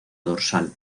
dorsal